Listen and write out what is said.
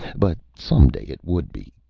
but someday it would be,